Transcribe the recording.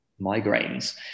migraines